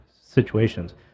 situations